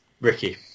Ricky